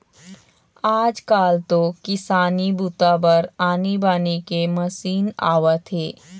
आजकाल तो किसानी बूता बर आनी बानी के मसीन आवत हे